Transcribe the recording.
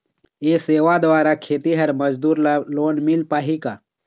ये सेवा द्वारा खेतीहर मजदूर ला लोन मिल पाही का?